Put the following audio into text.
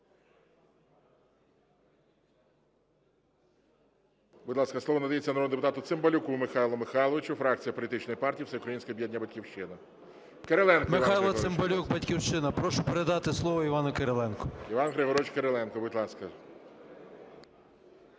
Будь ласка, слово надається народному депутату Цимбалюку Михайлу Михайловичу, фракція політичної партії "Всеукраїнське об'єднання "Батьківщина". 14:38:20 ЦИМБАЛЮК М.М. Михайло Цимбалюк, "Батьківщина". Прошу передати слово Івану Кириленку. ГОЛОВУЮЧИЙ. Іван Григорович Кириленко, будь ласка.